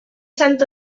sant